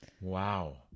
wow